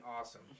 awesome